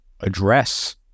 Address